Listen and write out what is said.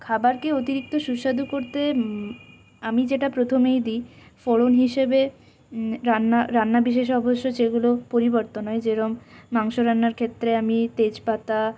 খাবারকে অতিরিক্ত সুস্বাদু করতে আমি যেটা প্রথমেই দিই ফোড়ন হিসেবে রান্না রান্না বিশেষে অবশ্য যেগুলো পরিবর্তন হয় যেরকম মাংস রান্নার ক্ষেত্রে আমি তেজপাতা